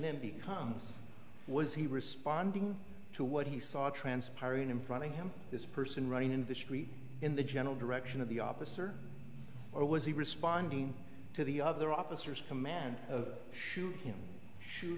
then becomes was he responding to what he saw transpiring in front of him this person running in the street in the general direction of the op assert or was he responding to the other officers command of shoot him shoot